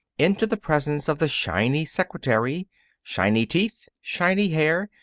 into the presence of the shiny secretary shiny teeth, shiny hair,